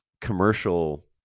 commercial